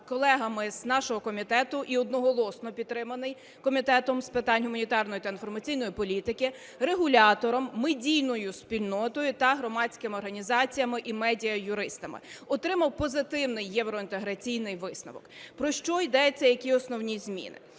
колегами з нашого комітету і одноголосно підтриманий Комітетом з питань гуманітарної та інформаційної політики, регулятором, медійною спільною та громадськими організаціями і медіаюристами, отримав позитивний євроінтеграційний висновок. Про що йдеться, які основні зміни?